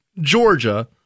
Georgia